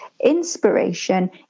inspiration